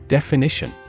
Definition